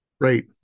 Right